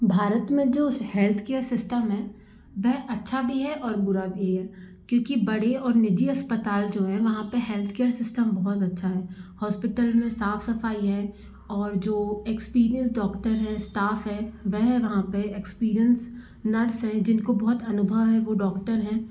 भारत में जो healthcare system है वह अच्छा भी है और बुरा भी है क्योंकि बड़े और निजी अस्पताल जो हैं वहाँ पे हेल्थकेयर सिस्टम बहुत अच्छा है हॉस्पिटल में साफ सफाई है और जो एक्सपीरियेंस डॉक्टर हैं इस्टाफ है वह वहाँ पे एक्सपीरियेंस नर्स हैं जिनको बहुत अनुभव है वो डॉक्टर हैं